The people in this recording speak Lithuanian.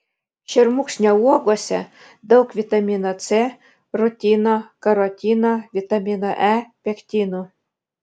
šermukšnio uogose daug vitamino c rutino karotino vitamino e pektinų